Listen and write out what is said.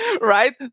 right